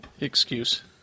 excuse